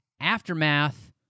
Aftermath